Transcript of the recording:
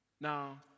Now